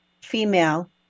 Female